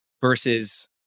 versus